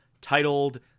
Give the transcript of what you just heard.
titled